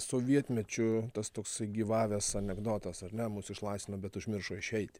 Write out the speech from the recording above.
sovietmečiu tas toksai gyvavęs anekdotas ar ne mus išlaisvino bet užmiršo išeiti